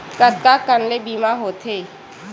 कतका कन ले बीमा होथे?